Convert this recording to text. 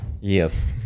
Yes